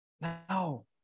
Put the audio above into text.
Now